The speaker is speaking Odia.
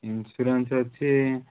ଇନ୍ସ୍ୟୁରାନ୍ସ୍ ଅଛି